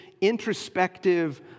introspective